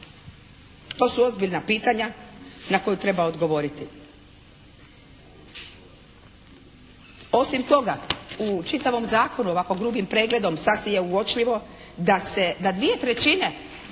To su ozbiljna pitanja na koje treba odgovoriti. Osim toga u čitavom zakonu ovako grubim pregledom sasvim je uočljivo da se, da dvije trećine